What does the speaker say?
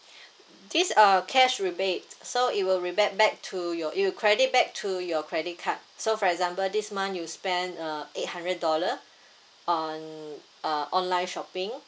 these are cash rebate so it will revert back to your it will credit back to your credit card so for example this month you spent uh eight hundred dollar on uh online shopping